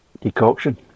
decoction